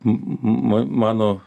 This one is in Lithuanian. m ma mano